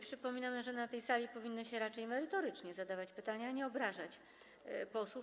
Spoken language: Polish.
Przypominam, że na tej sali powinno się raczej merytorycznie zadawać pytania, a nie obrażać posłów.